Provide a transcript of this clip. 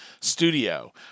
studio